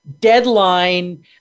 deadline